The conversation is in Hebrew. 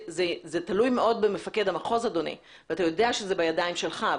זה תלוי מאוד במפקד המחוז ואתה יודע שזה בידיים שלך.